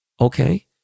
okay